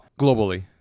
globally